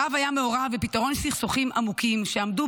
הרב היה מעורב בפתרון סכסוכים עמוקים שעמדו